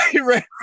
right